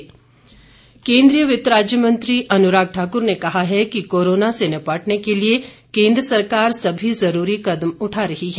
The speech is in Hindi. अनुराग ठाकुर केन्द्रीय वित्त राज्य मंत्री अनुराग ठाकुर ने कहा है कि कोरोना से निपटने के लिए केन्द्र सरकार सभी ज़रूरी कदम उठा रही है